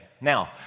Now